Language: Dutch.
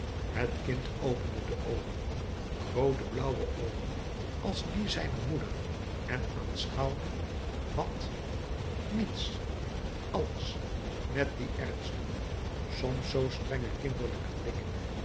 het kind opende de oogen groote blauwe oogen als die zijner moeder en aanschouwde wat niets alles met dien ernstigen soms zoo strengen kinderlijken blik